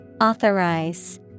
Authorize